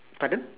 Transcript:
pardon